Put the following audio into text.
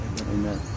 amen